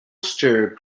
stir